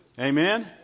Amen